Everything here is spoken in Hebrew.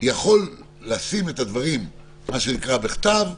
יכול לשים את הדברים, מה שנקרא בכתב,